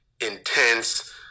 intense